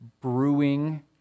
brewing